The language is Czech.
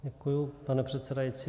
Děkuji, pane předsedající.